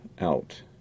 out